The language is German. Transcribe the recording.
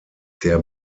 der